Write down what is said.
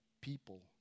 people